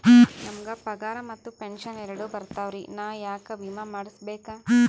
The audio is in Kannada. ನಮ್ ಗ ಪಗಾರ ಮತ್ತ ಪೆಂಶನ್ ಎರಡೂ ಬರ್ತಾವರಿ, ನಾ ಯಾಕ ವಿಮಾ ಮಾಡಸ್ಬೇಕ?